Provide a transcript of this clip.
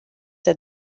that